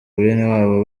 benewabo